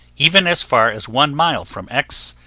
even as far as one mile from x,